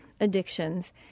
addictions